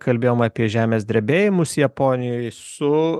kalbėjom apie žemės drebėjimus japonijoj su